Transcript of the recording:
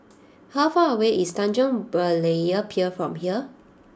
how far away is Tanjong Berlayer Pier from here